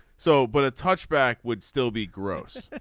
so but a touchback would still be gross.